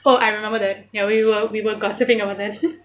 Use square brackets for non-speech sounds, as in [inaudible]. oh I remember that ya we were we were gossiping over that [laughs]